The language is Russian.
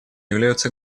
являются